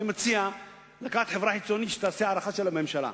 אני מציע לקחת חברה חיצונית שתעשה הערכה של הממשלה.